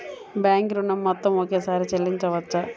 Bank ఋణం మొత్తము ఒకేసారి చెల్లించవచ్చా?